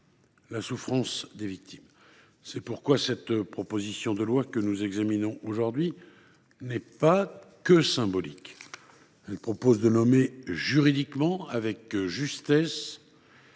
la souffrance des victimes. C’est pourquoi la proposition de loi que nous examinons aujourd’hui n’est pas que symbolique. Elle propose de nommer juridiquement, avec justesse,